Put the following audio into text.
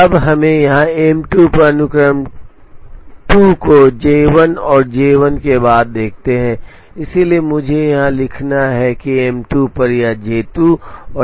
अब हमें यहाँ M2 पर अनुक्रम 2 को J1 और J1 के बाद देखते हैं इसलिए मुझे यह लिखना है कि M2 पर यह J2 है और इसके बाद J1 है